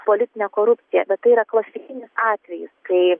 politinė korupcija bet tai yra klasikinis atvejis kai